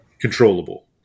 controllable